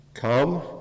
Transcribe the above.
Come